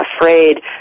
afraid